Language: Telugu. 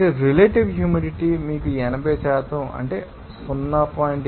కాబట్టి రిలేటివ్ హ్యూమిడిటీ మీకు 80 అంటే 0